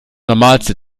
normalste